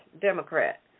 Democrat